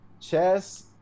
Chess